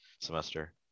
semester